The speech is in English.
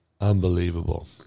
Unbelievable